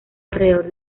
alrededor